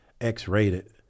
X-rated